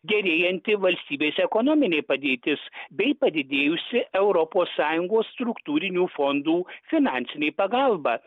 gerėjanti valstybės ekonominė padėtis bei padidėjusi europos sąjungos struktūrinių fondų finansinė pagalba